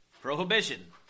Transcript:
Prohibition